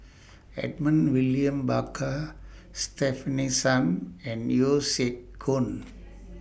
Edmund William Barker Stefanie Sun and Yeo Siak Goon